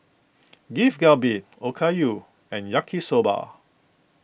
Beef Galbi Okayu and Yaki Soba